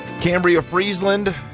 Cambria-Friesland